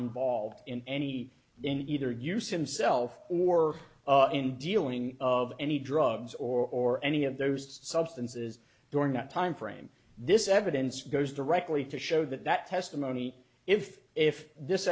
involved in any in either use himself or in dealing of any drugs or any of those substances during that time frame this evidence goes directly to show that that testimony if if this